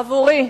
עבורי,